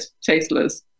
tasteless